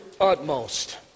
utmost